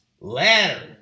ladder